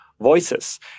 voices